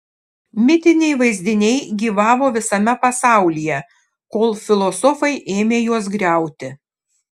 mitiniai vaizdiniai gyvavo visame pasaulyje kol filosofai ėmė juos griauti